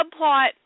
subplot